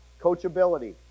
coachability